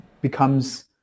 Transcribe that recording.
becomes